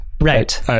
Right